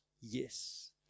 yes